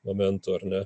momentų ar ne